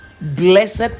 Blessed